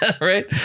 right